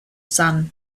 sun